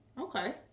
Okay